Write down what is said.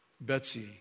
Betsy